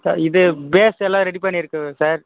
sir இது பேசெல்லாம் ready பண்ணியிருக்குங்க சார்